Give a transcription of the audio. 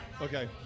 Okay